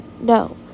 no